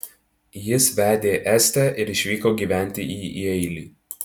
jis vedė estę ir išvyko gyventi į jeilį